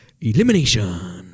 elimination